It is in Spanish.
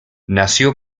nació